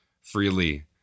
freely